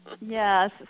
yes